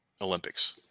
olympics